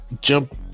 jump